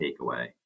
takeaway